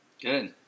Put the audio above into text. Good